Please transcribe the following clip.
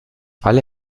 alle